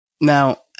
now